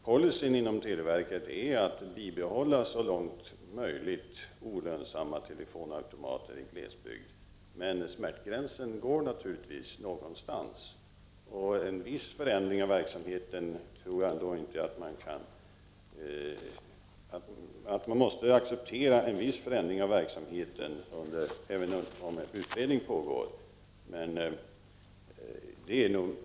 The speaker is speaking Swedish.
Policyn inom televerket är att så långt möjligt bibehålla olönsamma telefonautomater i glesbygd. Men smärtgränsen går naturligtvis någonstans. En viss förändring av verksamheten tror jag ändå att man måste acceptera även om en utredning pågår.